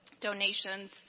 Donations